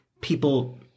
people